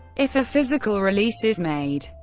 if a physical release is made.